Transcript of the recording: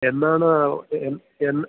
എന്നാണ് എ എന്നാണ്